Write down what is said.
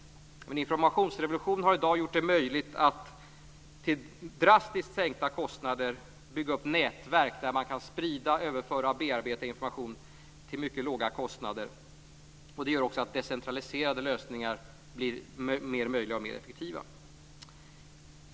Men informationsrevolutionen har i dag gjort det möjligt att till drastiskt sänkta kostnader bygga upp nätverk där man kan sprida, överföra och bearbeta information. Det gör att decentraliserade lösningar blir mer möjliga och mer effektiva.